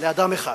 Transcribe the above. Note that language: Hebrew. לאדם אחד,